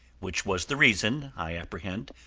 which was the reason, i apprehend,